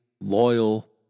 loyal